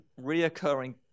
reoccurring